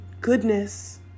goodness